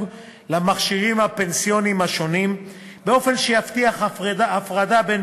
למכשירים הפנסיוניים השונים באופן שיבטיח הפרדה בין